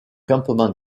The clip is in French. campement